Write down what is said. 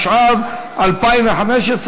התשע"ו 2015,